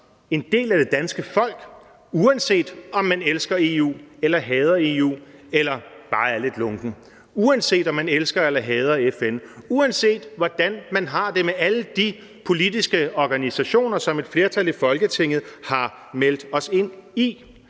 en del af det danske folk, uanset om man elsker EU, om man hader EU eller bare er lidt lunken, uanset om man elsker eller hader FN, uanset hvordan man har det med alle de politiske organisationer, som et flertal i Folketinget har meldt os ind i.